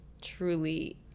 truly